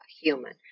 human